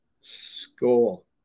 school